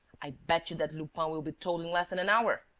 i bet you that lupin will be told in less than an hour.